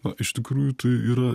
o iš tikrųjų tai yra